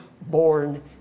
born